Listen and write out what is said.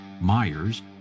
Myers